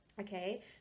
okay